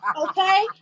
Okay